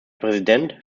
präsident